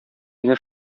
менә